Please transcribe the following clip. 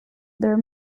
there